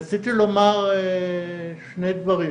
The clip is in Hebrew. רציתי לומר שני דברים.